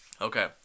Okay